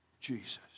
Jesus